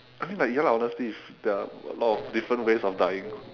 I mean like ya lah honestly there are a lot different ways of dying